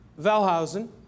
valhausen